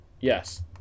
Yes